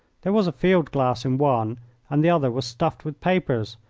there was a field-glass in one and the other was stuffed with papers.